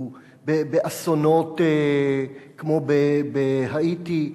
באסונות כמו בהאיטי,